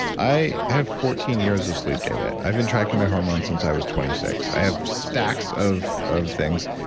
i have fourteen years of sleep data. i've been tracking my hormones since i was twenty six. i have stacks of of things,